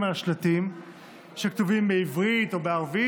על השלטים שכתובים בעברית או בערבית,